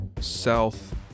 south